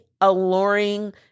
alluring